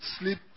Sleep